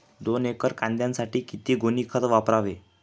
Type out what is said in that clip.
दोन एकर कांद्यासाठी किती गोणी खत वापरावे?